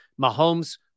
Mahomes